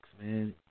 man